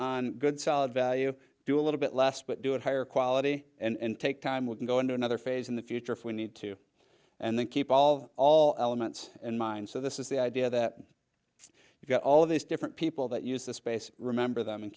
on good solid value do a little bit less but do it higher quality and take time we can go into another phase in the future if we need to and then keep all all elements in mind so this is the idea that you've got all of these different people that use the space remember them and